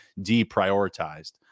deprioritized